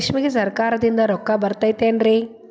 ರೇಷ್ಮೆಗೆ ಸರಕಾರದಿಂದ ರೊಕ್ಕ ಬರತೈತೇನ್ರಿ?